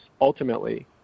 ultimately